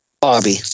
Bobby